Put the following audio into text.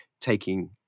taking